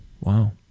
Wow